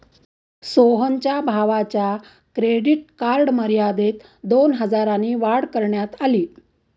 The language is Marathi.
सोहनच्या भावाच्या क्रेडिट कार्ड मर्यादेत दोन हजारांनी वाढ करण्यात आली